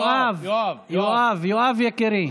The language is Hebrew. יואב יקירי,